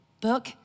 book